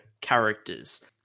characters